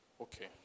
Okay